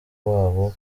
wabo